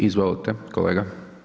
Izvolite kolega.